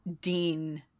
Dean